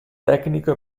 tecnico